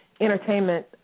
entertainment